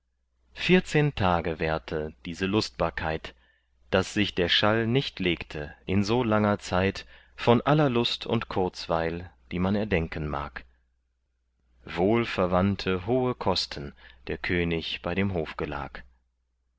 vierzehn tage währte diese lustbarkeit daß sich der schall nicht legte in so langer zeit von aller lust und kurzweil die man erdenken mag wohl verwandte hohe kosten der könig bei dem